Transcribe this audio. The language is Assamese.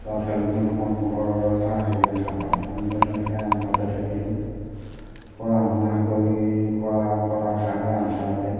ল'ৰা ছোৱালীৰ দিনত অকণমান পোহৰৰ এটা হেৰি দেখা পালে আমিতো তেনেকৈ আন্ধাৰতে থাকিলোঁ পঢ়া শুনা কৰি কৰা কৰা খালে আন্ধাৰতে